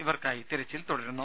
ഇവർക്കായി തിരച്ചിൽ തുടരുന്നു